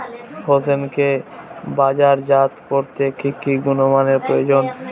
হোসেনকে বাজারজাত করতে কি কি গুণমানের প্রয়োজন?